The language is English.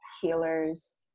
healers